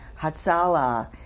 Hatzala